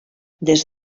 des